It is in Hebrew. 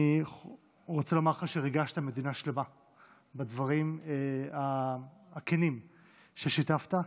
אני רוצה לומר לך שריגשת מדינה שלמה בדברים הכנים ששיתפת,